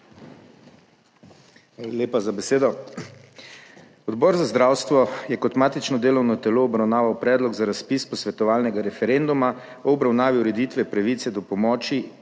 lepa za besedo. Odbor za zdravstvo je kot matično delovno telo obravnaval predlog za razpis posvetovalnega referenduma o obravnavi ureditve pravice do pomoči